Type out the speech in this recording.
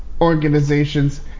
organizations